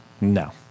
No